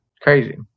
crazy